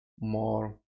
more